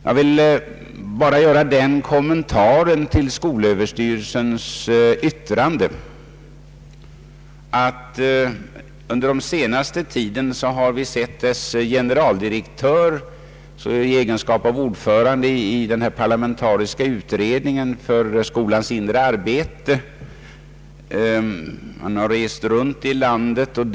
Jag vill bara med anledning av skolöverstyrelsens yttrande göra den kommentaren, att vi fått kännedom om den resa ute i landet som skolöverstyrelsens generaldirektör i egenskap av ordförande i den parlamentariska utredningen om arbetsmiljön i skolan under den senaste tiden har företagit.